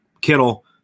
Kittle